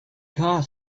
car